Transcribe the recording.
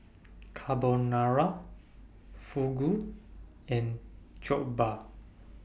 Carbonara Fugu and Jokbal